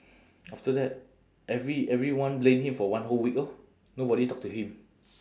after that every~ everyone blame him for one whole week orh nobody talk to him